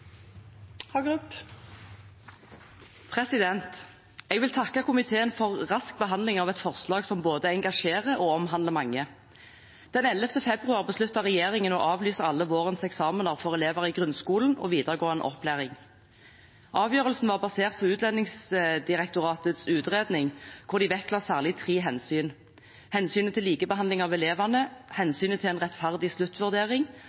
vil takke komiteen for rask behandling av et forslag som både engasjerer og omhandler mange. Den 11. februar besluttet regjeringen å avlyse alle vårens eksamener for elever i grunnskolen og videregående opplæring. Avgjørelsen var basert på Utdanningsdirektoratets utredning, hvor de vektla særlig tre hensyn: hensynet til likebehandling av elevene, hensynet til en rettferdig sluttvurdering